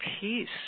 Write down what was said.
peace